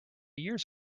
years